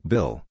Bill